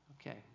Okay